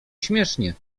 śmiesznie